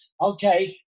okay